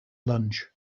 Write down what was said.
lunch